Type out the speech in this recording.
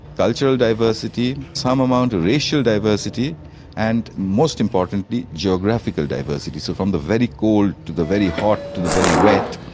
cultural diversity, some amount of racial diversity and, most importantly, geographical diversity, so from the very cold to the very hot to the very wet.